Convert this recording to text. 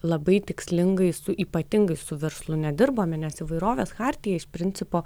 labai tikslingai su ypatingai su verslu nedirbome nes įvairovės chartija iš principo